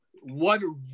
one